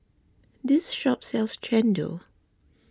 this shop sells Chendol